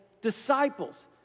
disciples